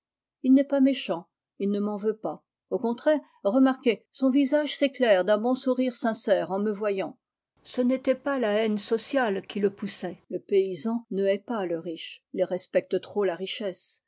il n'est pas méchant il ne m'en veut pas au contraire remarquez son visage s'iéclaire d'un bon sourire sincère en me voyant ce n'était pas la haine sociale qui le poussait le paysan ne hait pas le riche il respecte trop la richesse